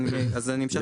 אז אני אמשיך?